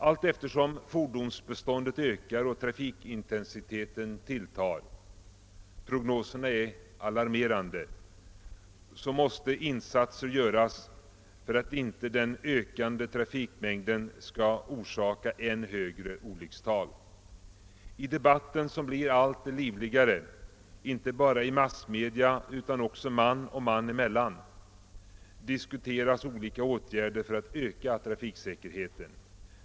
Allteftersom fordonsbeståndet ökar och trafikintensiteten tilltar — prognoserna är alarmerande — måste insatser göras för att den ökande trafikmängden inte skall orsaka än högre olyckstal. I debatten som blir allt livligare, inte bara i massmedia utan också man och man emellan, diskuteras olika åtgärder för att öka trafiksäkerheten.